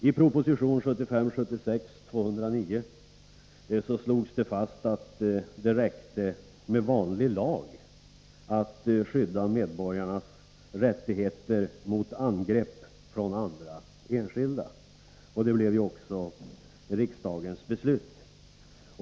I proposition 1975/76:209 slogs fast att det räckte med vanlig lag att skydda medborgarnas rättigheter mot angrepp från andra enskilda. Det blev också riksdagens beslut.